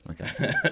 Okay